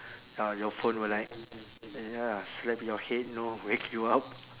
ya your phone will like ya slap your head you know wake you up